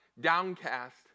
Downcast